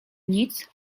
nic